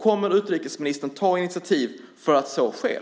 Kommer utrikesministern att ta initiativ till att så sker?